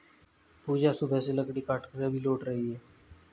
पूजा सुबह से लकड़ी काटकर अभी लौट रही है